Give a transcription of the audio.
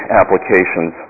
applications